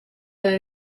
dalla